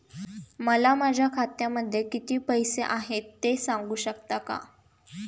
मला माझ्या खात्यामध्ये किती पैसे आहेत ते सांगू शकता का?